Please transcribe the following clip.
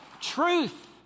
truth